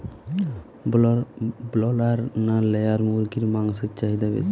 Broiler না layer মুরগির মাংসর চাহিদা বেশি?